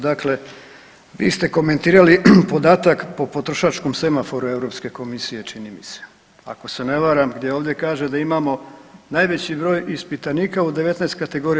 Dakle, vi ste komentirali podatak po potrošačkom semaforu Europske komisije čini mi se, ako se ne varam gdje ovdje kaže da imamo najveći broj ispitanika u 19 kategorija